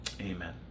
Amen